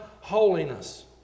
holiness